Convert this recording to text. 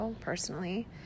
personally